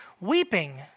weeping